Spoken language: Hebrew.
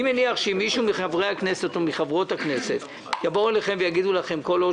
אני מניח שאם מישהו מחברי הכנסת יבוא ויגיד שכל עוד